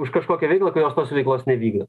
už kažkokią veiklą kurios tos veiklos nevykdo